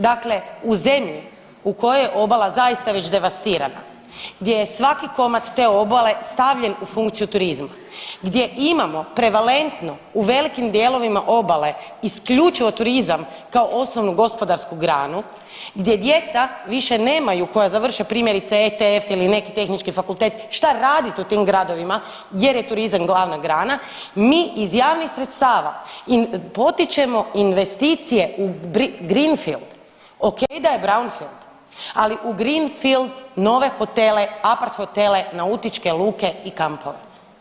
Dakle, u zemlji u kojoj je obala zaista već devastirana, gdje je svaki komad te obale stavljen u funkciju turizma, gdje imamo prevalentno u velikim dijelovima obale isključivo turizam kao osnovnu gospodarsku granu, gdje djeca više nemaju koja završe primjerice ETF ili neki tehnički fakultet šta raditi u tim gradovima jer je turizam glavna grana, mi iz javnih sredstava potičemo investicije u greenfield, ok da je brownfield, ali u greenfield nove hotele, aparthotele, nautičke luke i kampove.